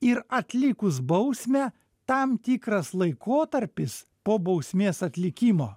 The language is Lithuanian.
ir atlikus bausmę tam tikras laikotarpis po bausmės atlikimo